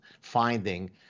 finding